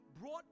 brought